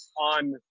on